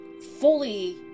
fully